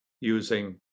using